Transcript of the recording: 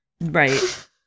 Right